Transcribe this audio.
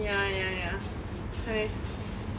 ya ya ya !hais!